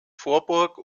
vorburg